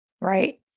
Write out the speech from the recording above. right